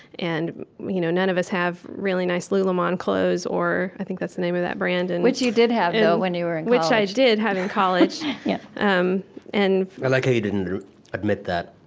and you know none of us have really nice lululemon clothes or i think that's the name of that brand and which you did have, though, when you were in college. which i did have in college um and i like how you didn't admit that